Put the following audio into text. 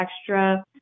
extra